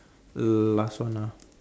last one ah